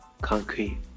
Concrete